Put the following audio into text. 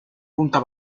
punta